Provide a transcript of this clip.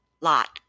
lot